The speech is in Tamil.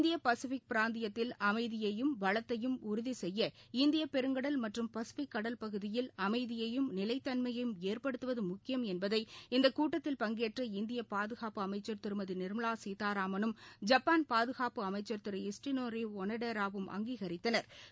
இந்திய பசிபிக் பிராந்தியத்தில் அமைதியையும் வளத்தையும் உறுதி செய்ய இந்துமாக்கடல் மற்றும் பசிபிக் கடல் பகுதியில் அமைதியையும் நிலைத்தன்மையையும் ஏற்படுத்துவது முக்கியம் என்பதை இந்த கூட்டத்தில் பங்கேற்ற இந்திய பாதுகாப்பு அமைச்சர் திருமதி நிர்மவா சீதாராமனும் ஜப்பான் பாதுகாப்பு அமைச்சர் திரு இட்ஸ்னோரி ஒனோடேராவும் அங்கீகரித்தனா்